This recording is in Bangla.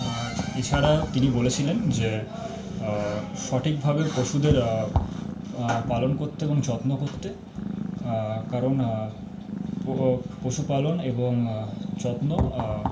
আর এছাড়াও তিনি বলেছিলেন যে সঠিকভাবে পশুদের পালন করতে এবং যত্ন করতে কারণ পশুপালন এবং যত্ন